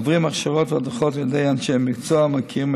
עוברים הכשרות והדרכות על ידי אנשי המקצוע המכירים